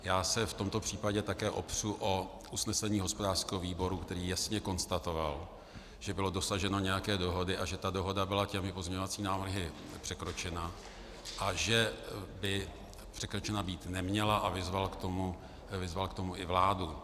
Já se v tomto případě také opřu o usnesení hospodářského výboru, který jasně konstatoval, že bylo dosaženo nějaké dohody a že ta dohoda byla těmi pozměňovacími návrhy překročena a že by překročena být neměla, a vyzval k tomu i vládu.